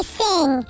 sing